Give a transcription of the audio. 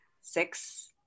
six